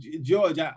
George